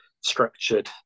structured